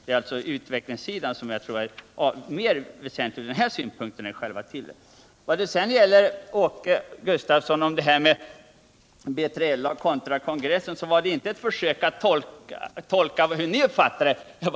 Vad det sedan gäller den socialdemokratiska partikongressens beslut om B3LA gjorde jag inte något försök att tolka hur ni uppfattar det beslutet.